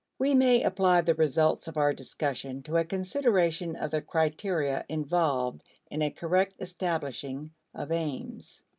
we may apply the results of our discussion to a consideration of the criteria involved in a correct establishing of aims.